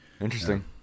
Interesting